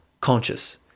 conscious